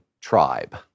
tribe